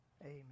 Amen